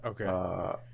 okay